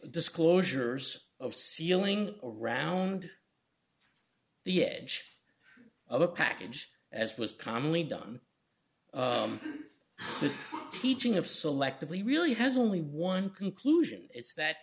disclosures of sealing around the edge of a package as was commonly done the teaching of selectively really has only one conclusion it's that